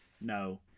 no